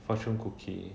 fortune cookie